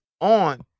on